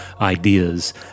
ideas